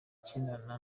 akinana